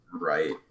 Right